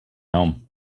home